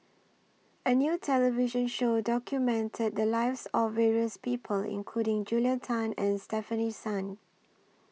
A New television Show documented The Lives of various People including Julia Tan and Stefanie Sun